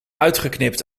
uitgeknipt